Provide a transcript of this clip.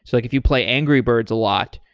so like if you play angry birds a lot,